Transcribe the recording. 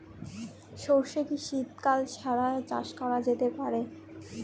সর্ষে কি শীত কাল ছাড়া চাষ করা যেতে পারে?